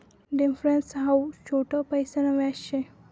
difference हाऊ छोट पैसासन व्याज शे